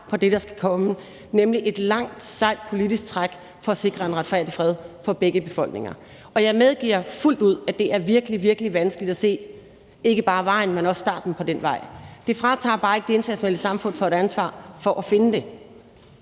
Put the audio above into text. på det, der skal komme, nemlig et langt, sejt politisk træk for at sikre en retfærdig fred for begge befolkninger. Jeg medgiver fuldt ud, at det er virkelig, virkelig vanskeligt at se ikke bare vejen, men også starten på den vej. Det fratager bare ikke det internationale samfund for et ansvar for at finde det.